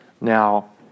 Now